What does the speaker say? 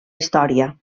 història